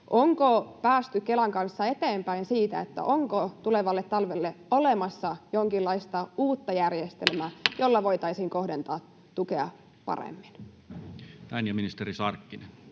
Onko päästy Kelan kanssa eteenpäin siinä, onko tulevalle talvelle olemassa jonkinlaista uutta järjestelmää, jolla voitaisiin kohdentaa tukea paremmin? Näin. — Ja ministeri Sarkkinen.